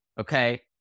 okay